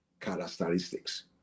characteristics